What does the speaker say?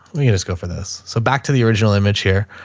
let me just go for this. so back to the original image here,